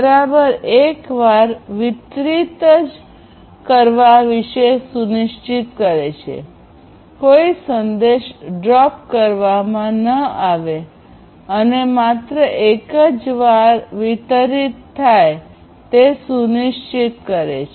બરાબર એક વાર વિતરિત જે કરવા વિશે સુનિશ્ચિત કરે છે કોઈ સંદેશ ડ્રોપ કરવામાં છોડવામાં ન આવે અને માત્ર એક જ વાર વિતરિત થાય તે સુનિશ્ચિત કરે છે